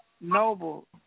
Noble